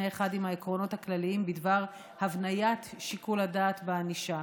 אחד עם העקרונות הכלליים בדבר הבניית שיקול הדעת בענישה.